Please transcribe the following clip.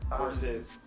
versus